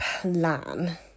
plan